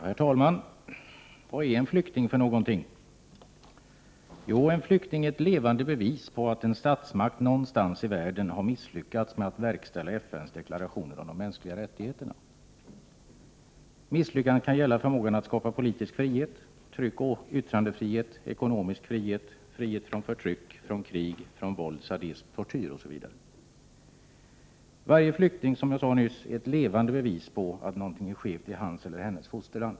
Herr talman! Vad är en flykting för någonting? Jo, en flykting är ett levande bevis på att en statsmakt någonstans i världen har misslyckats med att verkställa FN:s deklaration om de mänskliga rättigheterna. Misslyckandet kan gälla förmågan att skapa: — frihet från våld, sadism, tortyr, osv. Varje flykting är som jag sade nyss ett levande bevis på att någonting är skevt i hans, eller hennes, fosterland.